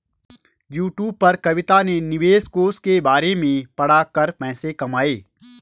YouTube पर कविता ने निवेश कोष के बारे में पढ़ा कर पैसे कमाए